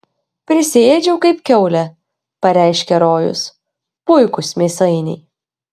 prisiėdžiau kaip kiaulė pareiškė rojus puikūs mėsainiai